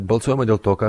balsuojama dėl to ką